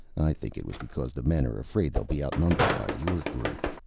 think it was because the men are afraid they'll be outnumbered by your group.